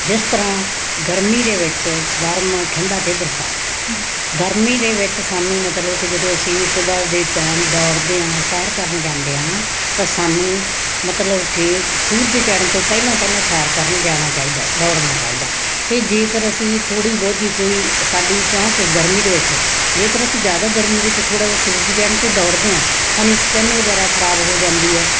ਜਿਸ ਤਰ੍ਹਾਂ ਗਰਮੀ ਦੇ ਵਿੱਚ ਗਰਮ ਠੰਡਾ ਅਤੇ ਬਰਸਾਤ ਗਰਮੀ ਦੇ ਵਿੱਚ ਸਾਨੂੰ ਮਤਲਬ ਕਿ ਜਦੋਂ ਅਸੀਂ ਸੁਬਹਾ ਦੇ ਟਾਈਮ ਦੌੜਦੇ ਹਾਂ ਸੈਰ ਕਰਨ ਜਾਂਦੇ ਹਾਂ ਤਾਂ ਸਾਨੂੰ ਮਤਲਬ ਕਿ ਸੂਰਜ ਚੜਨ ਤੋਂ ਪਹਿਲਾਂ ਪਹਿਲਾਂ ਸੈਰ ਕਰਨ ਜਾਣਾ ਚਾਹੀਦਾ ਦੌੜਨਾ ਚਾਹੀਦਾ ਅਤੇ ਜੇਕਰ ਅਸੀਂ ਥੋੜੀ ਬਹੁਤੀ ਕੋਈ ਸਾਡੀ ਕਿਉਂਕਿ ਗਰਮੀ ਦੇ ਵਿੱਚ ਜੇਕਰ ਅਸੀਂ ਜਿਆਦਾ ਗਰਮੀ ਵਿੱਚ ਥੋੜਾ ਜਿਹਾ ਸੂਰਜ ਚੜਨ 'ਤੇ ਦੌੜਦੇ ਹਾਂ ਸਾਨੂੰ ਸਕਿਨ ਵਗੈਰਾ ਖਰਾਬ ਹੋ ਜਾਂਦੀ ਹੈ